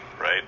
right